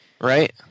Right